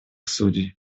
судей